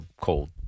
cold